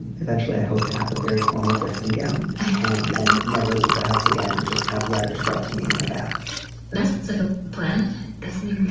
and eventually, i hope to have a very formal dressing gown and never leave the house again and just have letters brought to me in my bath that's plath, doesn't he?